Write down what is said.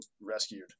rescued